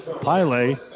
Pile